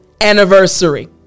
anniversary